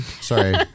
Sorry